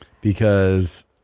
Because-